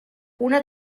una